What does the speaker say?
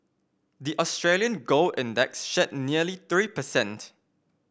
the Australian gold index shed nearly three per cent